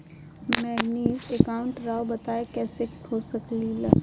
Managing account राव बताएं कैसे के हो खेती ला?